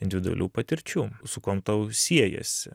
individualių patirčių su kuom tau siejasi